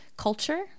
culture